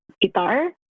guitar